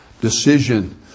decision